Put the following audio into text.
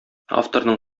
авторның